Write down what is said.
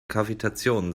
kavitation